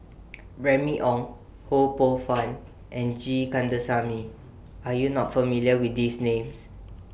Remy Ong Ho Poh Fun and G Kandasamy Are YOU not familiar with These Names